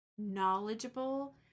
knowledgeable